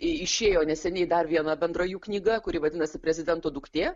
išėjo neseniai dar viena bendra jų knyga kuri vadinasi prezidento duktė